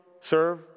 serve